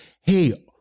hey